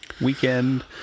weekend